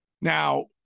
Now